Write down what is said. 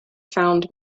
found